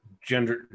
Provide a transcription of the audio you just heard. gender